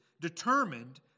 determined